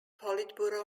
politburo